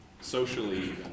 socially